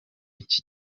iki